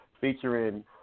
featuring –